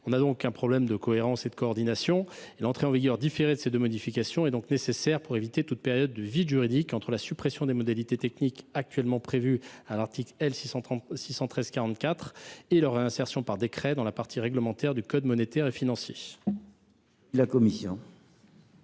avons donc un problème de cohérence et de coordination. L’entrée en vigueur différée de ces deux modifications est nécessaire pour éviter toute période de vide juridique entre la suppression des modalités techniques actuellement prévues à l’article L. 613 44 du code monétaire et financier et leur réinsertion par décret dans la partie réglementaire dudit code. Quel est l’avis de la commission